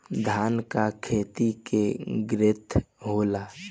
धान का खेती के ग्रोथ होला?